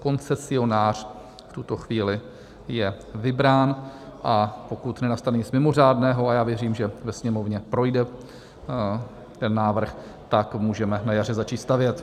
Koncesionář v tuto chvíli je vybrán, a pokud nenastane nic mimořádného, a já věřím, že ve Sněmovně projde ten návrh, tak můžeme na jaře začít stavět.